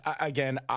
again